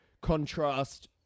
contrast